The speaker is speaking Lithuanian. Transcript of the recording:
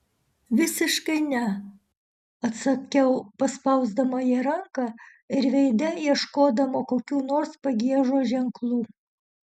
visiškai ne atsakiau paspausdama jai ranką ir veide ieškodama kokių nors pagiežos ženklų